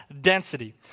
density